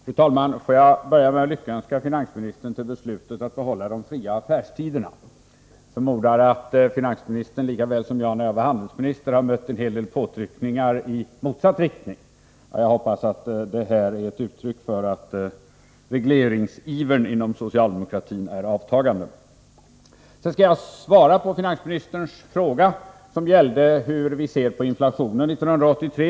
Fru talman! Får jag börja med att lyckönska finansministern till beslutet att behålla de fria affärstiderna. Jag förmodar att finansministern, lika väl som jag när jag var handelsminister, har mött en hel del påtryckningar i motsatt riktning. Jag hoppas att det här är ett uttryck för att regleringsivern inom socialdemokratin är avtagande. Sedan skall jag svara på finansministerns fråga som gällde hur vi ser på inflationen 1983.